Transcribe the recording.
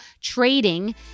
trading